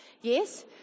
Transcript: Yes